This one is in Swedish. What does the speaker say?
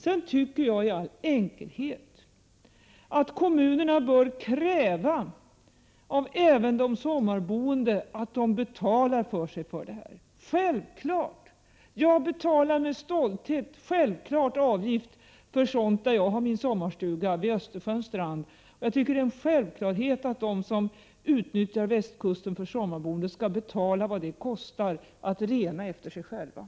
Sedan tycker jag i all enkelhet att kommunerna bör kräva även av de sommarboende att de betalar för sig i det här avseendet — det är självklart. Jag betalar självfallet med stolthet avgift för sådant där jag har min sommarstuga vid Östersjöns strand. Jag tycker att det är en självklarhet att de som utnyttjar västkusten för sommarboende skall betala vad det kostar att rena efter dem.